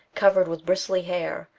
covered with bristly hair,